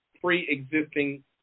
pre-existing